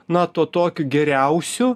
na tuo tokiu geriausiu